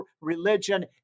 religion